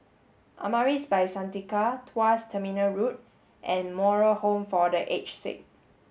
Amaris By Santika Tuas Terminal Road and Moral Home for The Aged Sick